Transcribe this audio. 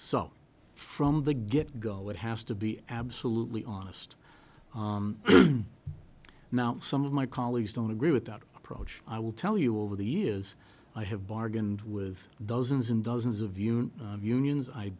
so from the get go it has to be absolutely honest now some of my colleagues don't agree with that approach i will tell you over the years i have bargained with dozens and dozens of union unions i